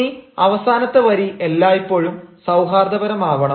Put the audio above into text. ഇനി അവസാനത്തെ വരി എല്ലായ്പ്പോഴും സൌഹാർദപരമാവണം